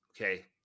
Okay